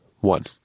one